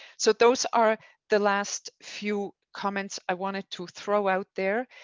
so those are the last few comments i wanted to throw out there.